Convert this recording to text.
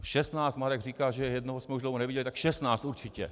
Šestnáct má, Marek říká, že jednoho jsme už dlouho neviděli, tak šestnáct určitě.